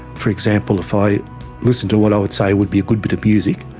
for example, if i listened to what i would say would be a good bit of music,